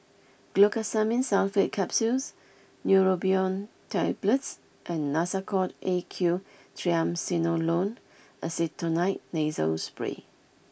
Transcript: Glucosamine Sulfate Capsules Neurobion Tablets and Nasacort A Q Triamcinolone Acetonide Nasal Spray